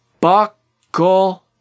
buckle